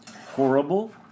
Horrible